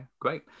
great